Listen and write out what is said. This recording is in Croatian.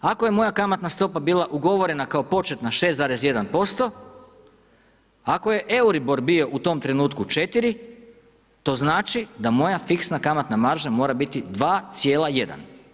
Ako je moja kamatna stopa bila ugovorena kao početna 6,1%, ako je Euribor bio u tom trenutku 4, to znači da moja fiksna kamatna marža mora biti 2,1.